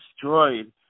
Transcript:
destroyed